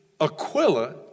Aquila